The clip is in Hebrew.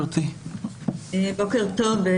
בוקר טוב.